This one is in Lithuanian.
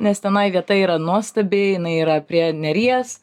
nes tenai vieta yra nuostabi jinai yra prie neries